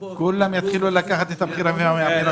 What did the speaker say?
כולם יתחילו לגבות את המחיר המרבי.